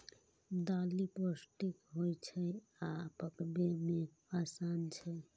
दालि पौष्टिक होइ छै आ पकबै मे आसान छै